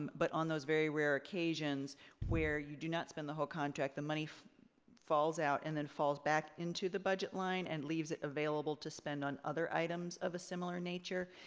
but on those very rare occasions where you do not spend the whole contract the money falls out and then falls back into the budget line and leaves it available to spend on other items of a similar nature.